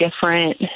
different